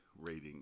rating